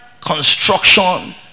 construction